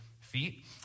feet